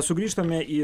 sugrįžtame į